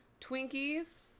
Twinkies